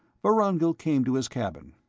vorongil came to his cabin.